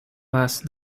last